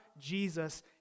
Jesus